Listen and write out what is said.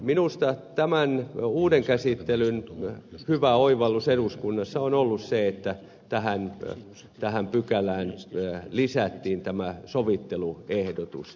minusta tämän uuden käsittelyn hyvä oivallus eduskunnassa on ollut se että tähän pykälään lisättiin tämä sovitteluehdotus